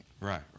Right